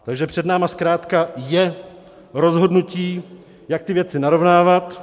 Takže před námi zkrátka je rozhodnutí, jak ty věci narovnávat.